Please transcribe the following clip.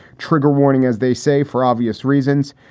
trigger warning, as they say, for obvious reasons.